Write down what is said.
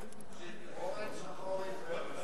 אורן שחור עם פרס.